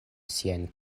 sian